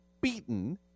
beaten